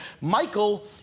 Michael